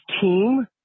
team